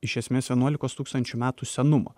iš esmės vienuolikos tūkstančių metų senumo